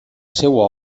seua